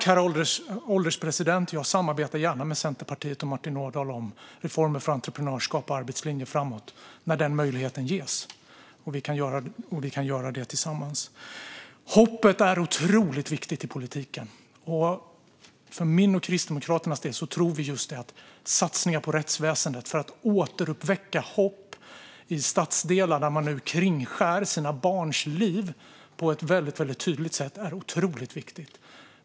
Herr ålderspresident! Jag samarbetar gärna med Centerpartiet och Martin Ådahl om reformer för entreprenörskap och arbetslinje framåt när den möjligheten ges och vi kan göra det tillsammans. Hoppet är otroligt viktigt i politiken. Jag och Kristdemokraterna tror att just satsningar på rättsväsendet för att återuppväcka hopp i stadsdelar där man nu kringskär sina barns liv på ett väldigt tydligt sätt är otroligt viktiga.